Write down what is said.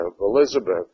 Elizabeth